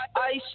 ice